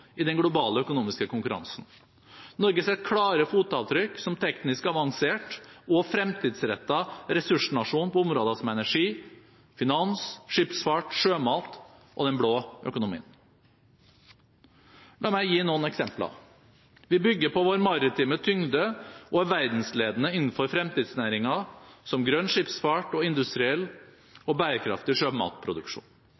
i den globale økonomiske konkurransen. Norge setter klare fotavtrykk som teknisk avansert og fremtidsrettet ressursnasjon på områder som energi, finans, skipsfart, sjømat og den blå økonomien. La meg gi noen eksempler: Vi bygger på vår maritime tyngde og er verdensledende innenfor fremtidsnæringer som grønn skipsfart og